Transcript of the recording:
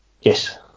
Yes